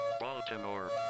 Baltimore